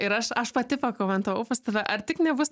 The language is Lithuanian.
ir aš aš pati pakomentavau pas tave ar tik nebus